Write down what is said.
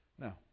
Now